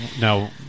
now